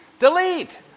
Delete